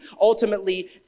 ultimately